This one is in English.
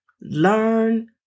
Learn